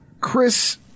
Chris